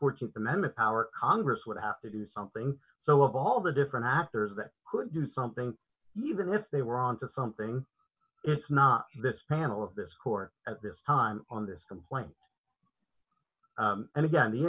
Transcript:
amendment power congress would have to do something so of all the different answers that could do something even if they were on to something it's not this panel of this court at this time on this complaint and again the